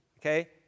Okay